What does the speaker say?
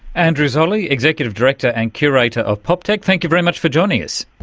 andrew zolli, executive director and curator of poptech, thank you very much for joining us.